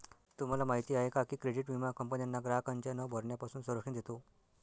तुम्हाला माहिती आहे का की क्रेडिट विमा कंपन्यांना ग्राहकांच्या न भरण्यापासून संरक्षण देतो